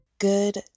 Good